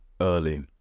early